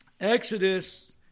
Exodus